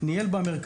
כמי שניהל במרכז,